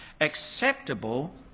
acceptable